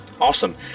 Awesome